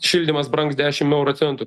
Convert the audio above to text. šildymas brangs dešim euro centų